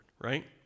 right